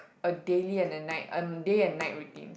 a daily and a night a day and night routine